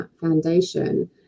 foundation